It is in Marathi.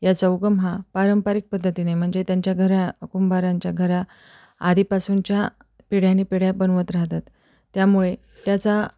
या चौगम हा पारंपरिक पद्धतीने म्हणजे त्यांच्या घरा कुंभारांच्या घरा आधीपासूनच्या पिढ्यानपिढ्या बनवत राहतात त्यामुळे त्याचा